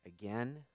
again